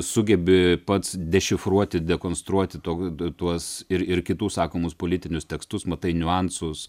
sugebi pats dešifruoti dekonstruoti tok tuos ir ir kitų sakomus politinius tekstus matai niuansus